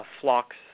flock's